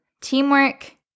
teamwork